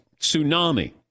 tsunami